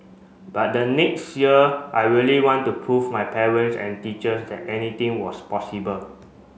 but the next year I really want to prove my parents and teachers that anything was possible